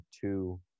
two